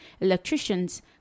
electricians